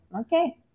okay